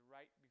Right